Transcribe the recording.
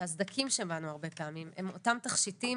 שהסדקים שבנו הרבה פעמים הם אותם תכשיטים